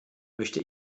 möchte